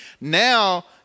Now